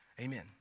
Amen